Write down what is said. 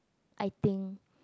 I think